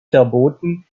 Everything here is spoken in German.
verboten